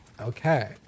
Okay